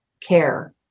care